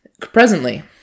presently